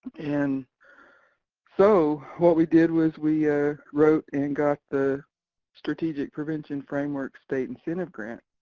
and so what we did was we ah wrote and got the strategic prevention framework state incentive grant.